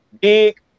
big